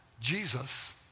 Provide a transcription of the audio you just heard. Jesus